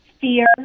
Fear